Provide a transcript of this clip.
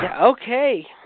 Okay